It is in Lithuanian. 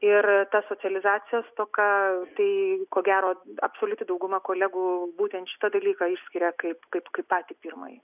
ir ta socializacijos stoka tai ko gero absoliuti dauguma kolegų būtent šitą dalyką išskiria kaip kaip patį pirmąjį